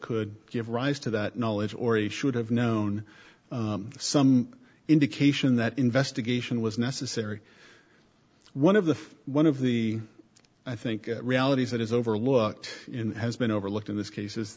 could give rise to that knowledge or it should have known some indication that investigation was necessary one of the one of the i think realities that is overlooked in has been overlooked in this case is